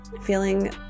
feeling